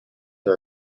her